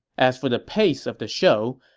as for the pace of the show,